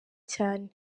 cyane